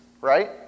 right